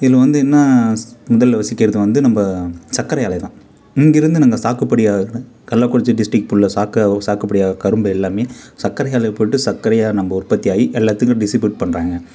இதில் வந்து என்ன முதலில் வசிக்கிறது வந்து நம்ப சக்கரை ஆலை தான் இங்கிருந்து நாங்கள் சாகுபடி ஆகிற கள்ளக்குறிச்சி டிஸ்ட்ரிக் ஃபுல்லாக சாக்ககை சாகுபடி ஆகுற கரும்ப எல்லாமே சக்கரை ஆலையை போட்டு சக்கரையாக நம்ப உற்பத்தி ஆகி எல்லாத்துக்கும் டிஸ்ட்ரிப்யூட் பண்ணுறாங்க